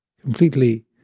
completely